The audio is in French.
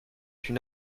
une